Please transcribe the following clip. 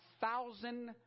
thousand